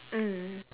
mm